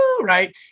right